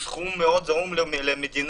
סכום מאוד זעום למדינה,